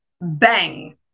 bang